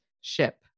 ship